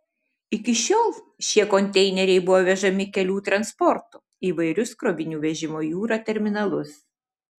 iki šiol šie konteineriai buvo vežami kelių transportu į įvairius krovinių vežimo jūra terminalus